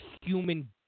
human